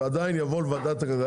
זה עדיין יעבור את ועדת הכלכלה.